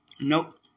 Nope